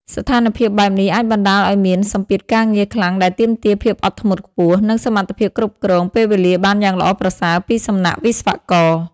ស្ថានភាពបែបនេះអាចបណ្ដាលឲ្យមាន សម្ពាធការងារខ្លាំងដែលទាមទារភាពអត់ធ្មត់ខ្ពស់ និងសមត្ថភាពគ្រប់គ្រងពេលវេលាបានយ៉ាងល្អប្រសើរពីសំណាក់វិស្វករ។